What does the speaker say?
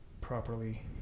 properly